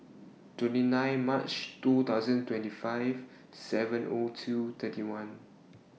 twenty nine March two thousand twenty five seven O two thirty one